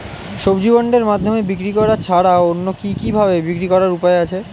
সবজি বন্ডের মাধ্যমে বিক্রি করা ছাড়া অন্য কি কি ভাবে বিক্রি করার উপায় আছে?